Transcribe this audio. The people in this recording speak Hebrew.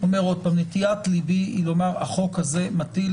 שוב נטיית ליבי היא לומר: החוק הזה מטיל